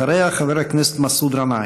אחריה, חבר הכנסת מסעוד גנאים.